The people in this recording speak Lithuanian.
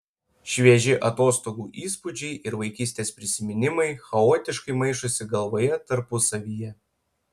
švieži atostogų įspūdžiai ir vaikystės prisiminimai chaotiškai maišosi galvoje tarpusavyje